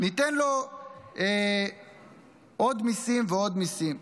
ניתן לו עוד מיסים ועוד מיסים.